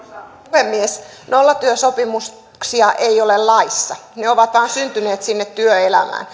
puhemies nollatyösopimuksia ei ole laissa ne ovat vain syntyneet sinne